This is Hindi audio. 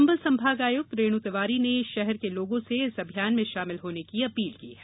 चम्बल संभाग आयुक्त रेनू तिवारी ने शहर के लोगों से इस अभियान में शामिल होने की अपील की है